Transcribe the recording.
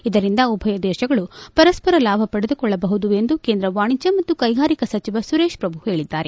ಇದರಿಂದ ಉಭಯ ದೇಶಗಳು ಪರಸ್ಪರ ಲಾಭ ಪಡೆದುಕೊಳ್ಳಬಹುದು ಎಂದು ಕೇಂದ್ರ ವಾಣಿಜ್ಞ ಮತ್ತು ಕ್ಕೆಗಾರಿಕಾ ಸಚಿವ ಸುರೇಶ್ ಪ್ರಭು ಹೇಳಿದ್ದಾರೆ